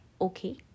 okay